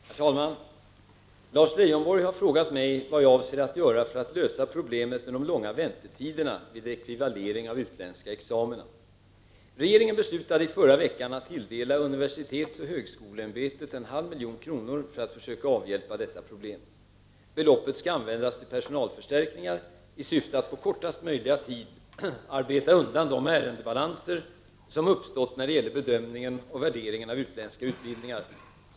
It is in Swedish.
Herr talman! Lars Leijonborg har frågat mig vad jag avser att göra för att lösa problemet med de långa väntetiderna vid ekvivalering av utländska examina. Regeringen beslutade i förra veckan att tilldela UHÄ 500 000 kr. för att försöka avhjälpa detta problem. Beloppet skall användas till personalförstärkningar, i syfte att på kortaste möjliga tid arbeta undan de ärendebalanser som uppstått när det gäller bedömningen och värderingen av utländska utbildningar.